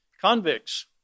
convicts